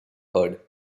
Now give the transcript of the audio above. heard